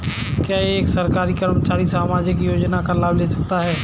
क्या एक सरकारी कर्मचारी सामाजिक योजना का लाभ ले सकता है?